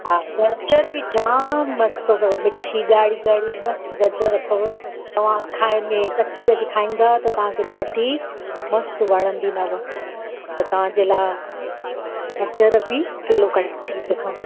हा गजरु बि जामु मस्तु अथव मिठी ॻाढ़ी ॻाढ़ी मस्तु गजर अथव तव्हां खाईंए कची कची खाईंदा त तव्हांखे ॾाढी मस्तु वणंदी नव त तव्हांजे लाइ गजर बि किलो कढी थी रखां